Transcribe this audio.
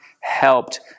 helped